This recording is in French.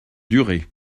duré